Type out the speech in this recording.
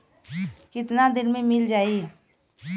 कितना दिन में मील जाई?